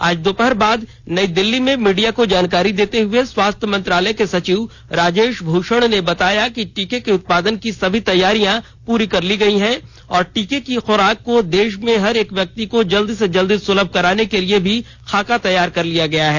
आज दोपहर बाद नई दिल्ली में मीडिया को जानकारी देते हुए स्वास्थ्य मंत्रालय के सचिव राजेश भूषण ने बताया कि टीके के उत्पादन की सभी तैयारियां पुरी कर ली गई हैं और टीके की खुराक को देश में हर एक व्यक्ति को जल्द से जल्द सुलभ कराने के लिए भी खाका तैयार कर लिया गया है